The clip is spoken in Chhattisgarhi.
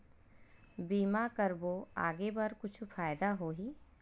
बीमा करबो आगे बर कुछु फ़ायदा होही?